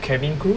cabin crew